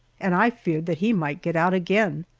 and i feared that he might get out again.